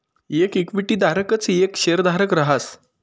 येक इक्विटी धारकच येक शेयरधारक रहास